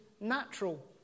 natural